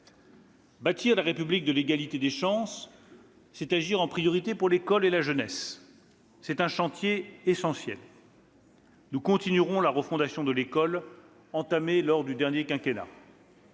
Bâtir la République de l'égalité des chances, c'est agir en priorité pour l'école et la jeunesse. C'est un chantier essentiel. « Nous continuerons la refondation de l'école, entamée lors du dernier quinquennat.